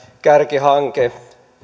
kärkihanke